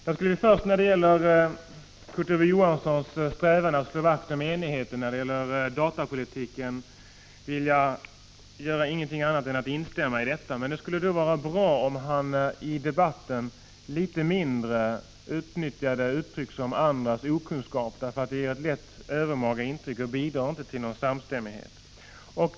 Herr talman! När det gäller Kurt Ove Johanssons strävan att slå vakt om enigheten beträffande datapolitiken vill jag inte göra någonting annat än instämma. Men det skulle vara bra om han i debatten litet mindre utnyttjade uttryck som ”andras okunskap”, för det ger ett lätt övermaga intryck och bidrar inte till någon samstämmighet.